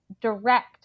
direct